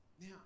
Now